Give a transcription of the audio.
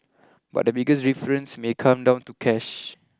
but the biggest difference may come down to cash